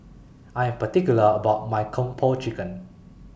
I Am particular about My Kung Po Chicken